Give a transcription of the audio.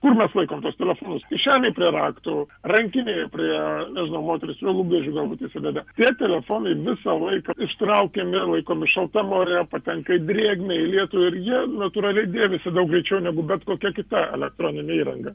kur mes laikom tuos telefonus kišenėj prie raktų rankinėje prie nežinau moterys prie lūpdažių galbūt susideda tie telefonai visą laiką ištraukiami ir laikomi šaltam ore patenka į drėgmę į lietų ir jie natūraliai dėvisi daug greičiau negu bet kokia kita elektroninė įranga